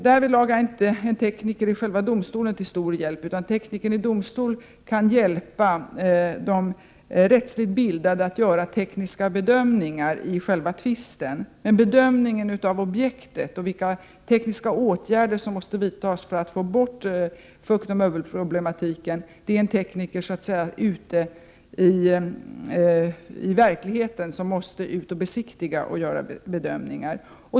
Därvidlag är inte en tekniker i själva domstolen till stor hjälp, utan teknikern kan hjälpa de rättsligt bildade att göra tekniska bedömningar i själva tvisten. Men när det gäller bedömningen av objektet och vilka tekniska åtgärder som skall vidtas för att få bort fuktoch mögelproblemen måste en tekniker så att säga ute i verkligheten besiktiga och göra bedömningar.